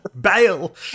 Bail